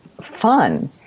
fun